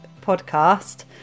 podcast